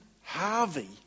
Harvey